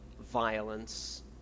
Violence